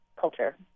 culture